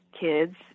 kids